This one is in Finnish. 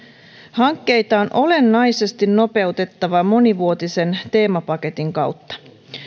hankkeita on olennaisesti nopeutettava monivuotisen teemapaketin kautta